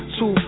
Two